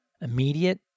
immediate